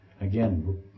Again